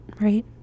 right